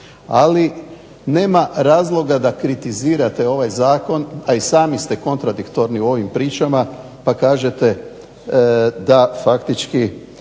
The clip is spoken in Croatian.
Ali nema razloga da kritizirate ovaj zakon, a i sami ste kontradiktorni u ovim pričama pa kažete da faktički